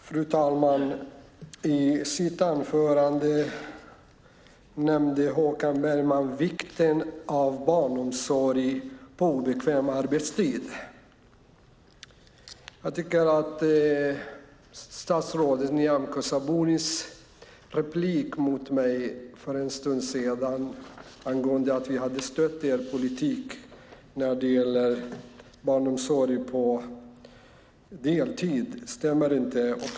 Fru talman! I sitt anförande nämnde Håkan Bergman vikten av barnomsorg på obekväm arbetstid. Statsrådet Nyamko Sabunis replik mot mig angående att vi har stött er politik när det gäller barnomsorg på deltid stämde inte.